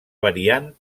variant